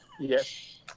Yes